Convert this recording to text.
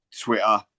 twitter